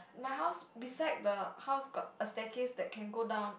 my house beside the house got a staircase that can go down